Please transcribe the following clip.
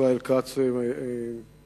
ישראל כץ המשיך